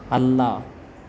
ಅಲ್ಲ